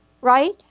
Right